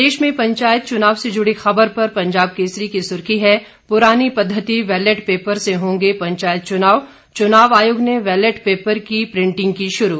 प्रदेश में पंचायत चुनाव से जुड़ी खबर पर पंजाब केसरी की सुर्खी है पुरानी पद्धति बैलेट पेपर से होंगे पंचायत चुनाव चुनाव आयोग ने बैलेट पेपर की प्रिंटिंग की शुरू